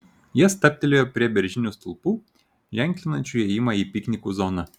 jie stabtelėjo prie beržinių stulpų ženklinančių įėjimą į piknikų zoną